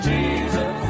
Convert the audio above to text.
Jesus